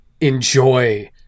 enjoy